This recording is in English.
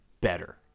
better